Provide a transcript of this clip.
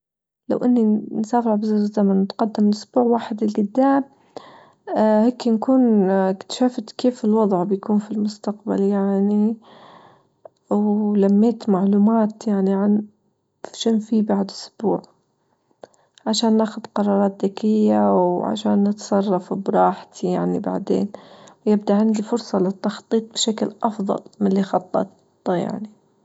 لو إني مسافر الزمن متقدم أسبوع واحد لجدام اه هيك نكون أكتشفت كيف الوضع بيكون في المستقبل يعني ولميت معلومات يعني عن شون في بعد أسبوع عشان ناخد ذكية وعشان نتصرف براحتي يعني بعدين يبجى عندي فرصة للتخطيط بشكل أفضل من اللي خبطته يعني.